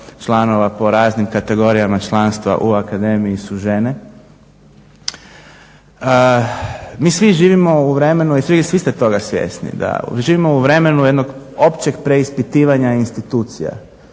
članova po raznim kategorijama članstva u akademiji su žene. Mi svi živimo u vremenu i svi ste toga svjesni da živimo u vremenu jednog općeg preispitivanja institucija,